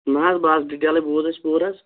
نہ حظ بَس ڈِٹیلَے حظ بوٗز اَسہِ پوٗرٕ حظ